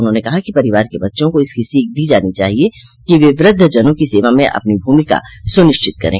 उन्होंने कहा कि परिवार के बच्चों को इसकी सीख दी जानी चाहिए कि वे वृद्वजनों की सेवा में अपनी भूमिका सुनिश्चित करें